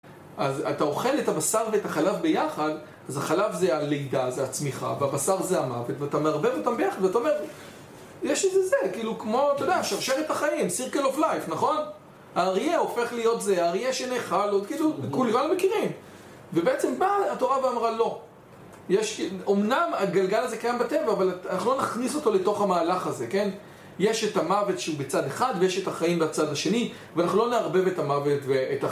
אז אתה אוכל את הבשר ואת החלב ביחד אז החלב זה הלידה, זה הצמיחה והבשר זה המוות ואתה מערבב אותם ביחד ואתה אומר יש איזה זה, כאילו כמו, אתה יודע שרשרת החיים, סירקל אוף לייפ, נכון? האריה הופך להיות זה, האריה שנחל עוד כאילו, כולי ועל המכירים ובעצם בא התורה ואמרה לא יש, אומנם הגלגל הזה קיים בטבע אבל אנחנו לא נכניס אותו לתוך המהלך הזה, כן? יש את המוות שהוא בצד אחד ויש את החיים בצד השני אני אוהב את המוות ואת החיים כי זה יהרוס אותנו בני האדם.